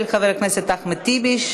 של חבר הכנסת אחמד טיבי,